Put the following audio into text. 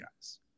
guys